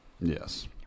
Yes